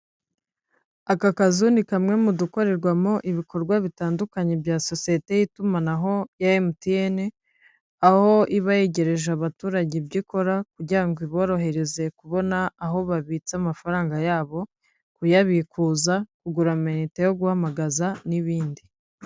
Aka kazu ni kamwe mu dukorerwamo ibikorwa bitandukanye bya sosiyete y'itumanaho ya MTN, aho iba yegereje abaturage ibyo ikora kugira ngo iborohereze kubona aho babitsa amafaranga yabo, kuyabikuza, kugura amayinite yo guhamagaza n'ibindi.